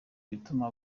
ibituma